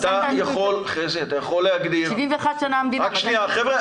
אתה יכול להגדיר --- 71 שנה המדינה --- חבר'ה,